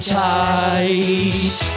tight